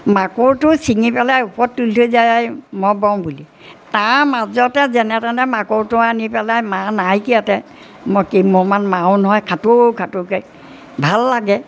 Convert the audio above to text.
মাকোৰটো চিঙি পেলাই ওপৰত তুলি থৈ যায় মই বওঁ বুলি তাৰ মাজতে যেনে তেনে মাকোৰটো আনি পেলাই মা নাইকিয়াতে মই কি মই মানে মাৰোঁ নহয় খাটৌ খাটৌকৈ ভাল লাগে